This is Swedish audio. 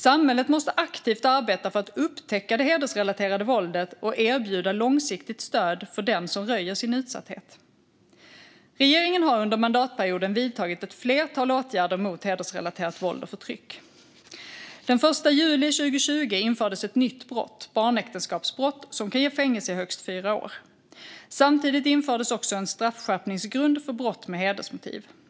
Samhället måste aktivt arbeta för att upptäcka det hedersrelaterade våldet och erbjuda långsiktigt stöd för den som röjer sin utsatthet. Regeringen har under mandatperioden vidtagit ett flertal åtgärder mot hedersrelaterat våld och förtryck. Den 1 juli 2020 infördes ett nytt brott, barnäktenskapsbrott, som kan ge fängelse i högst fyra år. Samtidigt infördes också en straffskärpningsgrund för brott med hedersmotiv.